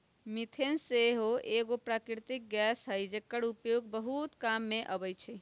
methane सेहो एगो प्राकृतिक गैस हई जेकर उपयोग बहुते काम मे अबइ छइ